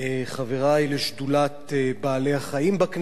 חברי לשדולת בעלי-החיים בכנסת,